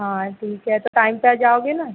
हाँ ठीक है तो टाइम पर आ जाओगे ना